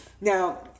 now